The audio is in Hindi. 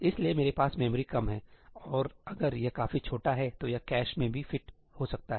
इसलिए मेरे पास मेमोरी कम है और अगर यह काफी छोटा है तो यह कैश में भी फिट हो सकता है